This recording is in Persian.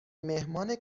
مهمان